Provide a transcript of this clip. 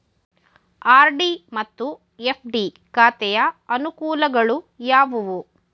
RD ಮತ್ತು FD ಖಾತೆಯ ಅನುಕೂಲಗಳು ಯಾವುವು?